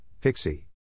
Pixie